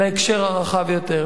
להקשר הרחב יותר,